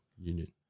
union